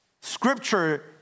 Scripture